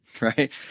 Right